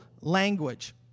language